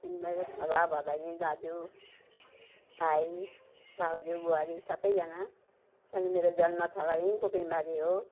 भदाभदैनी दाजुभाइ भाउजू बुहारी सबैजना छन् मेरो जन्मथलो यहीँ बुबिनबारी हो